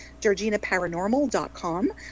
GeorginaParanormal.com